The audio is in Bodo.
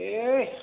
ए